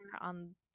on